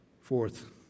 Fourth